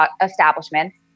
establishments